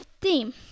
theme